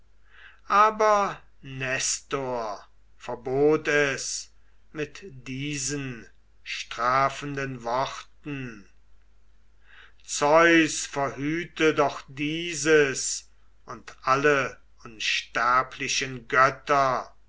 aber nestor verbot es mit diesen strafenden worten zeus verhüte doch dieses und alle unsterblichen götter